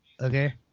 okay